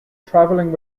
traveling